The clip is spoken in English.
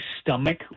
stomach